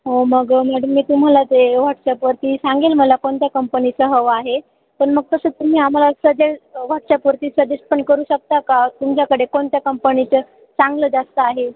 हो मग मॅडम मी तुम्हाला ते व्हॉट्सॲपवरती सांगेल मला कोणत्या कंपनीचं हवं आहे पण मग तसं तुम्ही आम्हाला सजेस् वॉट्सॲपवरती सजेस्ट पण करू शकता का तुमच्याकडे कोणत्या कंपणीचं चांगलं जास्त आहे